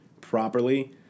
properly